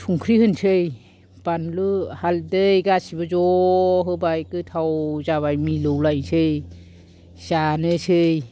संख्रि होनसै बानलु हालदै गासिबो ज' होबाय गोथाव जाबाय मिलौ लायसै जानोसै